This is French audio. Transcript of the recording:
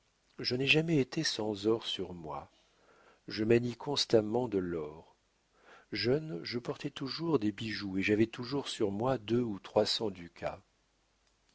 je n'ai jamais été sans or sur moi je manie constamment de l'or jeune je portais toujours des bijoux et j'avais toujours sur moi deux ou trois